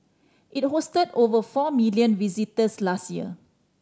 it hosted over four million visitors last year